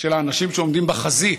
ומצוקותיהן של האנשים שעומדים בחזית.